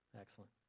excellent